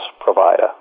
provider